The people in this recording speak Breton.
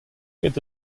ket